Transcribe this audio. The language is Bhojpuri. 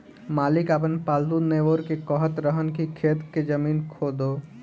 मालिक आपन पालतु नेओर के कहत रहन की खेत के जमीन खोदो